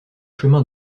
chemin